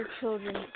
children